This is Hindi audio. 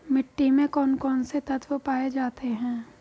मिट्टी में कौन कौन से तत्व पाए जाते हैं?